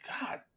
God